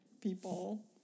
people